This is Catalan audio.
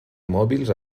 mòbils